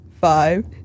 five